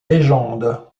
légendes